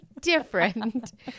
different